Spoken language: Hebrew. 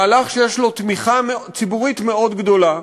מהלך שיש לו תמיכה ציבורית מאוד גדולה,